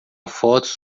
fotos